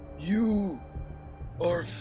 you are